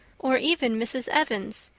or even mrs. evans,